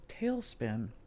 tailspin